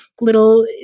little